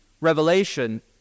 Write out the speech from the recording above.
Revelation